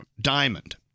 Diamond